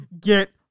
Get